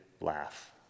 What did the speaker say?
laugh